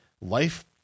life